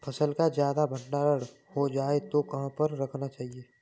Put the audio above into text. फसल का ज्यादा भंडारण हो जाए तो कहाँ पर रखना चाहिए?